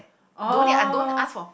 oh